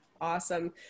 Awesome